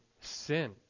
sin